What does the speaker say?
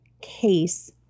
case